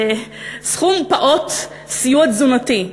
בסכום פעוט, לסיוע תזונתי.